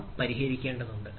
ഇവ പരിഹരിക്കേണ്ടതുണ്ട്